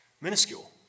minuscule